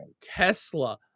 Tesla